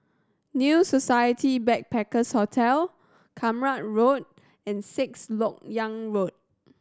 New Society Backpackers Hotel Kramat Road and Sixth Lok Yang Road